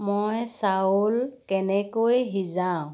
মই চাউল কেনেকৈ সিজাওঁ